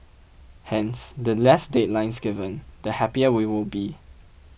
hence the less deadlines given the happier we will be